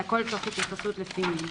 והכול תוך התייחסות לפי מין.